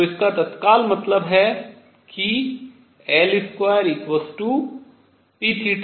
तो इसका तत्काल मतलब है कि L2p2p2